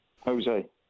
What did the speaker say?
Jose